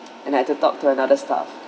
and I had to talk to another staff